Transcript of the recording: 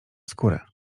skórę